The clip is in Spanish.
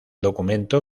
documento